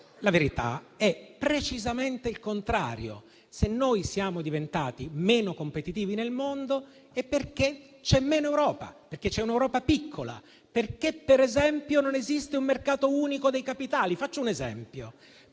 in effetti precisamente il contrario: se noi siamo diventati meno competitivi nel mondo è perché c'è meno Europa, perché c'è un'Europa piccola, perché, per esempio, non esiste un mercato unico dei capitali. Faccio un esempio.